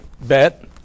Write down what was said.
bet